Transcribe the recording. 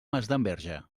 masdenverge